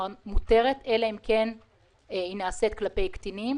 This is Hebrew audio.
מותרת, אלא אם כן היא נעשית כלפי קטינים